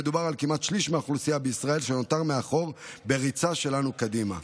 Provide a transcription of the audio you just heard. מדובר על כמעט שליש מהאוכלוסייה בישראל שנותר מאחור בריצה שלנו קדימה.